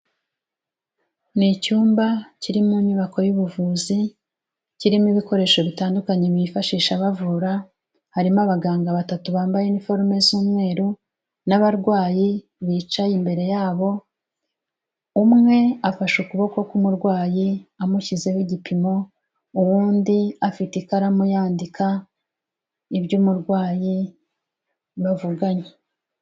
Ni icyumba kiri mu nyubako y'ubuvuzi kirimo ibikoresho bitandukanye bifashisha bavura, harimo abaganga batatu bambaye uniform z'umweru n'abarwayi bicaye imbere yabo, umwe afashe ukuboko k'umurwayi amushyizeho igipimo, uwundi afite ikaramu yandika iby'umurwayi bavuganye.